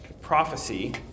prophecy